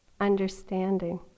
understanding